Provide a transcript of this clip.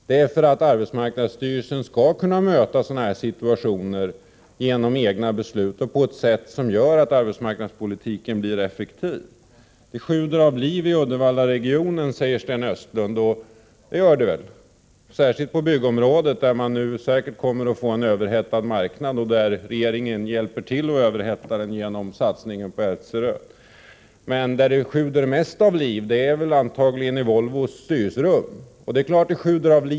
Vi vill att arbetsmarknadsstyrelsen genom egna beslut och på ett sätt som gör att arbetsmarknadspolitiken kan bli effektiv skall kunna möta denna typ av situationer. Det sjuder av liv i Uddevallaregionen, säger Sten Östlund. Ja, det gör det — särskilt på byggområdet. Där kommer det nu säkert att bli en överhettad marknad. Regeringen hjälper också till att överhetta byggmarknaden genom satsningen på Ertseröd. Den plats där det sjuder mest av liv är dock antagligen Volvos styrelserum.